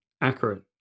accurate